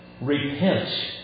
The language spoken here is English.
Repent